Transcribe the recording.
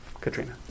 Katrina